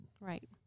Right